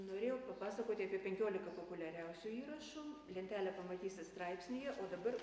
norėjau papasakoti apie penkiolika populiariausių įrašų lentelę pamatysit straipsnyje o dabar